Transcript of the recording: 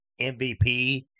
MVP